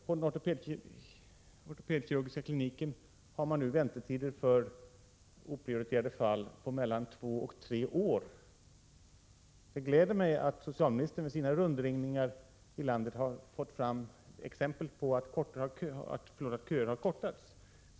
På ortopedkirurgiska kliniken i Göteborg har man nu väntetider på mellan två och tre år för oprioriterade fall. Det gläder mig att socialministern vid sina rundringningar i landet har fått fram exempel på att köer har kortats.